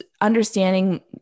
understanding